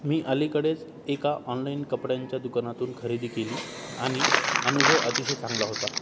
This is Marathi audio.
मी अलीकडेच एका ऑनलाईन कपड्यांच्या दुकानातून खरेदी केली आणि अनुभव अतिशय चांगला होता